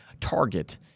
target